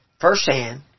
firsthand